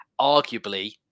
arguably